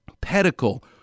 pedicle